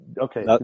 Okay